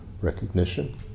Recognition